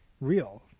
real